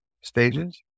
stages